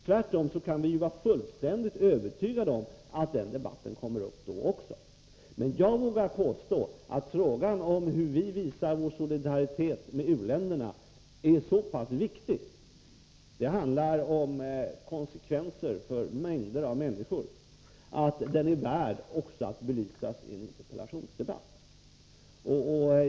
Tvärtom kan vi ju vara fullständigt övertygade om att den debatten kommer upp då också. Men jag vågar påstå att frågan om hur vi visar vår solidaritet med u-länderna är så pass viktig — det handlar om konsekvenser för mängder av människor — att den är värd att belysas också i en interpellationsdebatt.